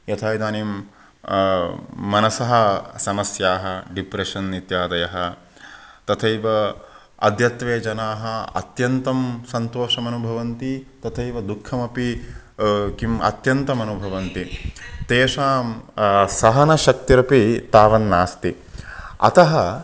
यथा इदानीं मनसः समस्याः डिप्रेशन् इत्यादयः तथैव अद्यत्वे जनाः अत्यन्तं सन्तोषम् अनुभवन्ति तथैव दुःखमपि किम् अत्यन्तम् अनुभवन्ति तेषां सहनशक्तिरपि तावन्नास्ति अतः